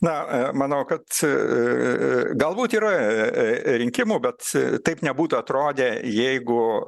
na manau kad galbūt yra rinkimų bet taip nebūtų atrodę jeigu